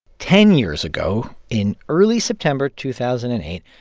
ten years ago, in early september two thousand and eight,